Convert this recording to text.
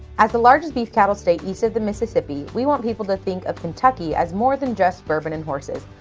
as the largest beef cattle state east of the mississippi, we want people to think of kentucky as more than just bourbon and horses.